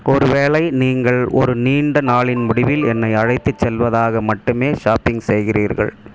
ஒருவேளை நீங்கள் ஒரு நீண்ட நாளின் முடிவில் என்னை அழைத்துச் செல்வதாக மட்டுமே ஷாப்பிங் செய்கிறீர்கள்